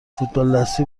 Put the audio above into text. فوتبالدستی